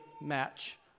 match